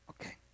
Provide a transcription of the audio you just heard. Okay